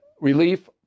relief